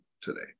today